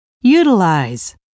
Utilize